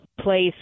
place